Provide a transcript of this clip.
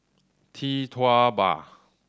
Tee Tua Ba